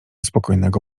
spokojnego